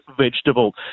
Vegetable